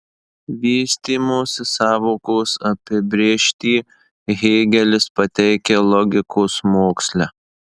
vystymosi sąvokos apibrėžtį hėgelis pateikia logikos moksle